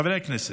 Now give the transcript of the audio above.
חברי הכנסת,